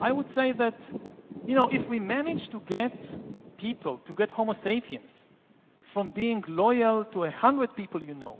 i would say that you know if we manage to get people, to get homo sapiens from being loyal to a hundred people you know